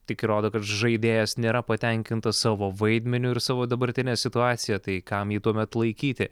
tik įrodo kad žaidėjas nėra patenkintas savo vaidmeniu ir savo dabartine situacija tai kam jį tuomet laikyti